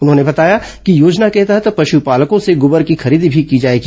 उन्होंने बताया कि योजना के तहत पश्पालकों से गोबर की खरीदी भी की जाएगी